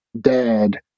dad